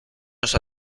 nos